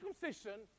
circumcision